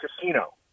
Casino